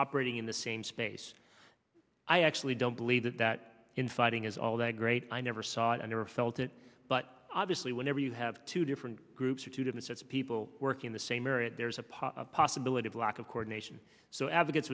operating in the same space i actually don't believe that that infighting is all that great i never saw it i never felt it but obviously whenever you have two different groups or two different sets of people working the same area there's a pot possibility of lack of coordination so advocates